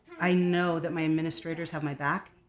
i know that my administrators have my back,